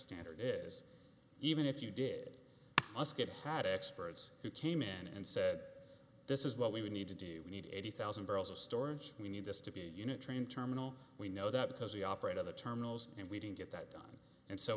standard is even if you did get hired experts who came in and said this is what we need to do we need eighty thousand barrels of storage we need this to be a unit train terminal we know that because we operate on the terminals and we didn't get that done and so